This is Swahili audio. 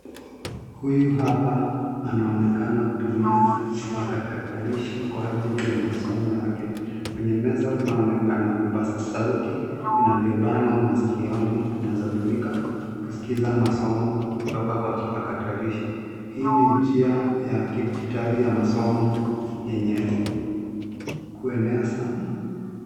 Huyu hapa anaonekana kutumia kipakatalishi kwa ajili ya masomo yake. Kwenye meza kunaonekana vipaza sauti vinavyobanwa masikioni vinaeza tumika kusikiza masomo kutoka kwa kipakatalishi. Hii ni njia ya kidijitali ya masomo yenye kuenea sana.